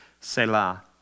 Selah